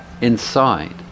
inside